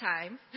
time